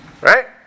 Right